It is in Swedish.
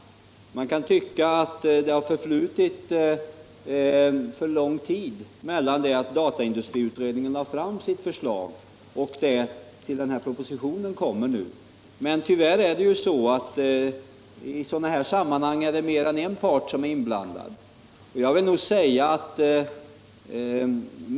Man kan tycka att det har förflutit för lång tid från det att dataindustriutredningen lade fram sitt förslag och till det att den här propositionen nu kommer. Men tyvärr är det ju i sådana här sammanhang mer än en part som är inblandad.